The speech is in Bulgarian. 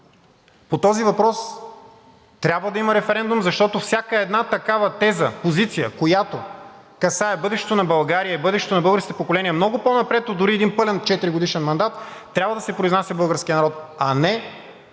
По този въпрос трябва да има референдум, защото за всяка една такава теза, позиция, която касае бъдещето на България и бъдещето на българските поколения много по-напред дори от един пълен четиригодишен мандат, трябва да се произнесе българският народ, а не